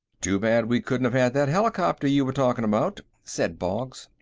too bad we couldn't have had that helicopter you were talking about, said boggs.